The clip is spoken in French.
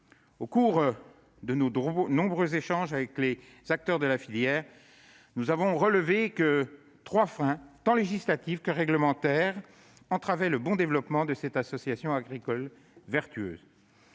Au cours de nos échanges avec les acteurs de la filière, nous avons identifié trois freins, tant législatifs que réglementaires, qui entravent le bon développement de cette association agricole vertueuse.